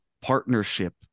partnership